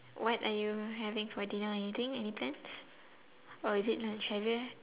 what are you having for dinner anything any plans or is it on